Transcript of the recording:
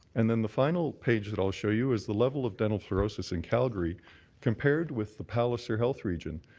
and then the final page that i'll show you is the level of dental floor owes news and calgary compared with the palliser health region.